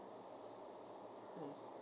mm